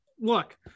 Look